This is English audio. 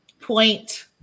point